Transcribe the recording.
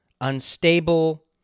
unstable